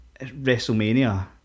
Wrestlemania